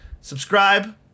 subscribe